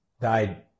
died